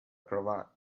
cravat